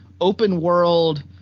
open-world